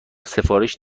سفارش